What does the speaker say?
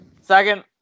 Second